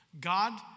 God